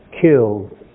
killed